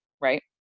right